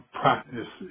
practice